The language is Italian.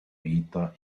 vita